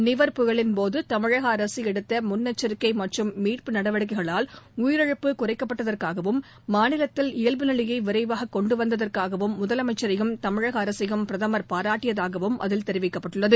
நிவர் புயலின் போது தமிழக அரசு எடுத்த முன்னெச்சிக்கை மற்றும் மீட்பு நடவடிக்கைகளால் உயிரிழப்பு குறைக்கப்பட்டதற்காகவும் மாநிலத்தில் இயல்பு நிலையை விரைவாக கொண்டு வந்ததற்காகவும் முதலமைச்சரையும் தமிழக அரசையும் பிரதமர் பாராட்டியதாகவும் அதில் தெரிவிக்கப்பட்டுள்ளது